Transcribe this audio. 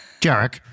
Jarek